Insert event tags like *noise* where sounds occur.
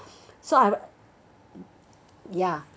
*breath* so I ya